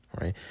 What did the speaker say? right